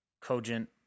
Cogent